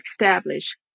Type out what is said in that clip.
establish